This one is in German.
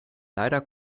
leider